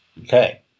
Okay